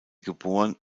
geboren